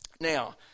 Now